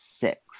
six